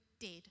dead